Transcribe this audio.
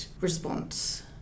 response